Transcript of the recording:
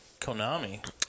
Konami